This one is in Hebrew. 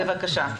בבקשה.